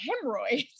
hemorrhoids